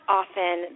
often